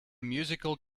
musical